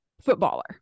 footballer